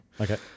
Okay